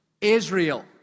Israel